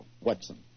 Watson